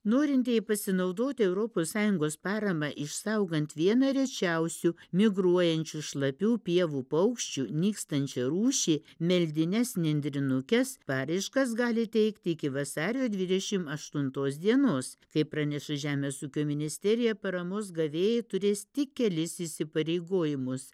norintieji pasinaudoti europos sąjungos parama išsaugant vieną rečiausių migruojančių šlapių pievų paukščių nykstančią rūšį meldines nendrinukes paraiškas gali teikti iki vasario dvidešim aštuntos dienos kaip praneša žemės ūkio ministerija paramos gavėjai turės tik kelis įsipareigojimus